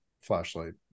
flashlight